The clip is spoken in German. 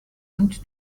und